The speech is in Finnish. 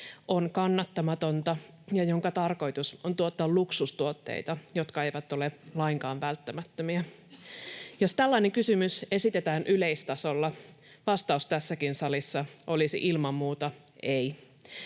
on kannattamatonta ja jonka tarkoitus on tuottaa luksustuotteita, jotka eivät ole lainkaan välttämättömiä? Jos tällainen kysymys esitetään yleistasolla, vastaus tässäkin salissa olisi ilman muuta ”ei”.